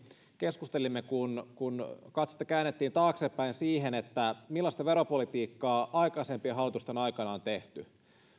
keskustelimme kun kun katsetta käännettiin taaksepäin siihen millaista veropolitiikkaa aikaisempien hallitusten aikana on tehty